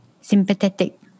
sympathetic